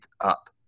up